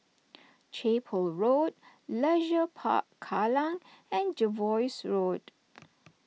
Chapel Road Leisure Park Kallang and Jervois Road